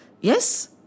Yes